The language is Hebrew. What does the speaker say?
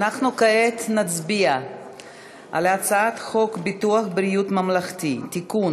אנחנו כעת נצביע על הצעת חוק ביטוח בריאות ממלכתי (תיקון,